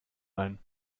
ein